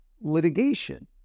litigation